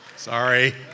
Sorry